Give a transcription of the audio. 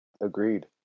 Agreed